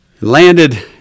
Landed